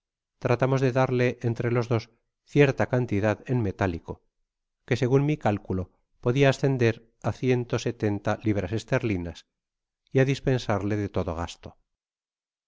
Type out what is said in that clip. tratamos de darle entre los dos cierta cantidad en metálico que segun mi cálculo podia ascender á ciento setenta libras esterlinas y á dispensarle de todo gastov